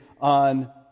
on